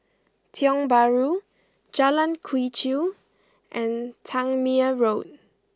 Tiong Bahru Jalan Quee Chew and Tangmere Road